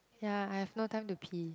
ya I have no time to pee